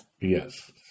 Yes